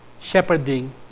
shepherding